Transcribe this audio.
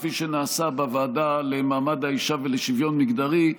כפי שנעשה בוועדה למעמד האישה ולשוויון מגדרי.